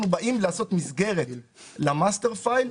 אנחנו באים לעשות מסגרת ל-master file.